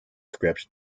script